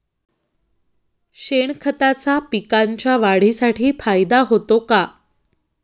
शेणखताचा पिकांच्या वाढीसाठी फायदा होतो का?